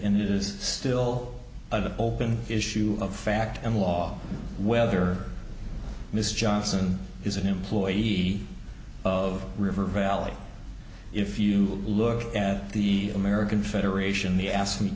ed in is still an open issue of fact and law whether miss johnson is an employee of river valley if you look at the american federation the ask me